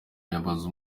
yamaze